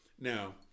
Now